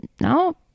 No